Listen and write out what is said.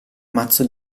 mazzo